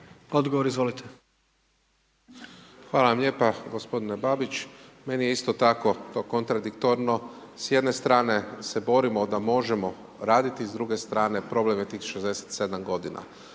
Marko (HDZ)** Hvala vam lijepa. Gospodine Babić, meni je isti tako to kontradiktorno, s jedne strane se borimo da možemo raditi, s druge strane problem je tih 67 g.